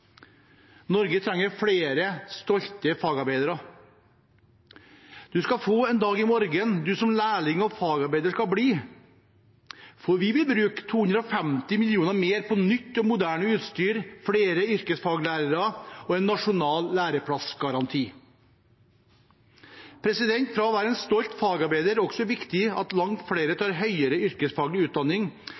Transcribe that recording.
Norge trenger flere stolte fagarbeidere. «Du ska få en dag i måra», du som lærling og fagarbeider skal bli, for vi vil bruke 250 mill. kr mer på nytt og moderne utstyr, flere yrkesfaglærere og en nasjonal læreplassgaranti. Fra å være en stolt fagarbeider er det også viktig at langt flere tar høyere yrkesfaglig utdanning.